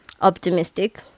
optimistic